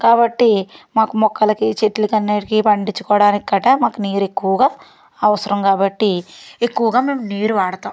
కాబట్టి మాకు మొక్కలకి చెట్లకి అన్నింటికి పండించుకోవడానికి గటా మాకు నీరు ఎక్కువగా అవసరం కాబట్టి ఎక్కువగా మేము నీరు వాడతాం